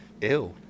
Ew